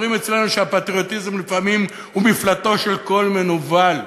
אומרים אצלנו שהפטריוטיזם לפעמים הוא מפלטו של כל מנוול,